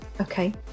okay